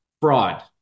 fraud